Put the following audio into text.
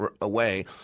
away